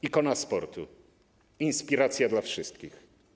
Ikona sportu, inspiracja dla wszystkich.